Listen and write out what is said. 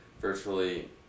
Virtually